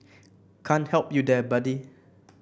can't help you there buddy